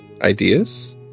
ideas